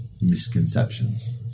misconceptions